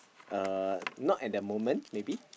uh not at the moment maybe